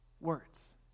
words